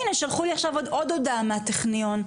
הינה שלחו לי עכשיו עוד הודעה מהטכניון.